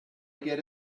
get